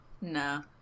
No